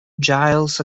giles